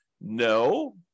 No